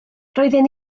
roedden